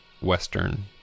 Western